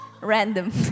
Random